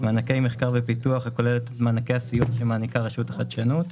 מענקי מחקר ופיתוח הכולל את מענקי הסיוע שמעניקה רשות החדשנות,